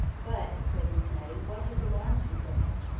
but, said miss matty, what has alarmed you so much?